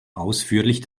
ausführlich